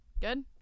Good